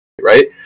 right